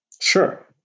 Sure